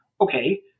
Okay